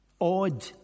odd